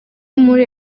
muri